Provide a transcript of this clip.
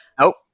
nope